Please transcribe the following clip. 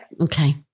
okay